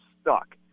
stuck